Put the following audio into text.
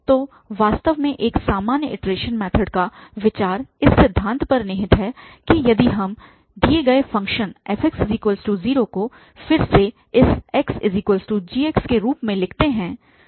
तो वास्तव में एक सामान्य इटरेशन मैथड का विचार इस सिद्धांत पर निहित है कि यदि हम दिए गए फ़ंक्शन fx 0 को फिर से इस xgx के रूप में लिखते हैं